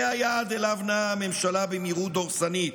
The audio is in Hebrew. זה היעד שאליו נעה הממשלה במהירות דורסנית.